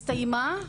הסתיימה.